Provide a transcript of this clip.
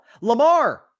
Lamar